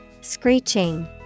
Screeching